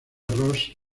ross